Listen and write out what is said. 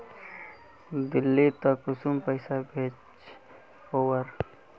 दिल्ली त कुंसम पैसा भेज ओवर?